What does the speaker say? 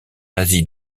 asie